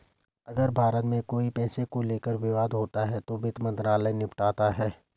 अगर भारत में कोई पैसे को लेकर विवाद होता है तो वित्त मंत्रालय निपटाता है